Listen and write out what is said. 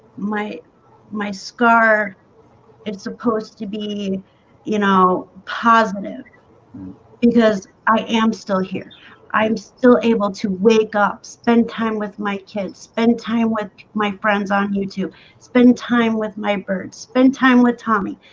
my my scar it's supposed to be you know positive because i am still here i'm still able to wake up spend time with my kids spend time with my friends on youtube spend time with my birds spend time with tommy,